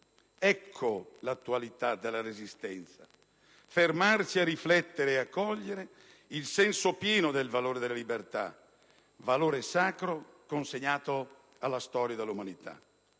Ecco l'attualità della Resistenza: fermarci a riflettere e a cogliere il senso pieno del valore della libertà, valore sacro consegnato alla storia dell'umanità.